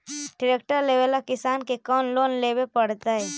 Tractor लेवेला किसान के कौन लोन लेवे पड़तई?